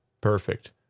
Perfect